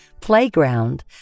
playground